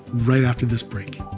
right after this break.